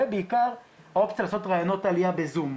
ובעיקר האופציה לעשות ריאיונות עלייה בזום,